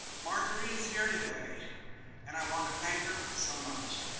marjorie is here today and i want to thank her for so much.